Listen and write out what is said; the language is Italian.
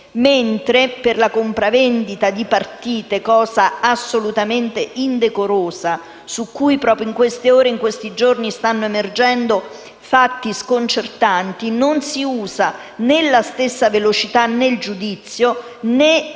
mentre per la compravendita di partite, cosa assolutamente indecorosa, su cui proprio in queste ore e in questi giorni stanno emergendo fatti sconcertanti, non si usa né la stessa velocità nel giudizio, né così